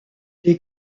les